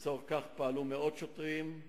לצורך זה פעלו מאות שוטרים,